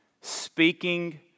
speaking